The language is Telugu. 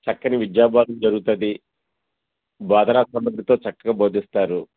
చక్కని విద్యాబోధన జరుగుతుంది బోధన పద్దతులతో చక్కగా బోధిస్తారు